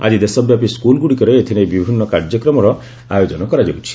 ଆକି ଦେଶବ୍ୟାପୀ ସ୍କୁଲ ଗୁଡ଼ିକରେ ଏଥିନେଇ ବିଭିନ୍ନ କାର୍ଯ୍ୟକ୍ରମର ଆୟୋଜନ କରାଯାଉଛି